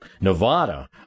Nevada